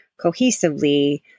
cohesively